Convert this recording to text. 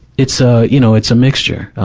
it's, ah, you know, it's a mixture.